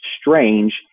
strange